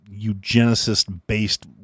eugenicist-based